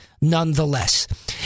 nonetheless